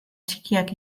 txikiak